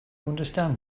understand